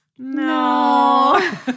No